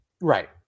Right